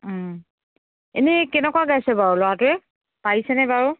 এনেই কেনেকুৱা গাইছে বাৰু ল'ৰাটোৱে পাৰিছেনে বাৰু